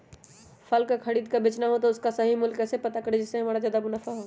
फल का खरीद का बेचना हो तो उसका सही मूल्य कैसे पता करें जिससे हमारा ज्याद मुनाफा हो?